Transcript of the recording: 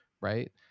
right